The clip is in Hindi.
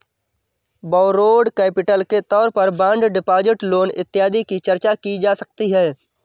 बौरोड कैपिटल के तौर पर बॉन्ड डिपॉजिट लोन इत्यादि की चर्चा की जा सकती है